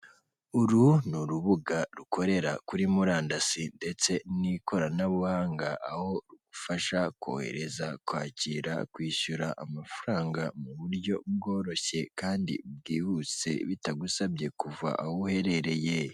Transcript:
Uru ni urubuga rukorera kuri murandasi ndetse n'ikoranabuhanga aho rugufasha kohereza, kwakira, kwishyura amafaranga mu buryo bworoshye kandi bwihuse bitagusabye kuva aho uherereye.